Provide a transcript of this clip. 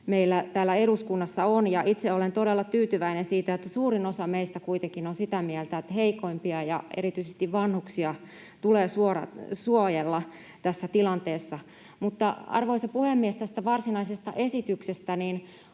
meillä täällä eduskunnassa on, ja itse olen todella tyytyväinen siitä, että suurin osa meistä kuitenkin on sitä mieltä, että heikoimpia ja erityisesti vanhuksia tulee suojella tässä tilanteessa. Mutta, arvoisa puhemies, tästä varsinaisesta esityksestä: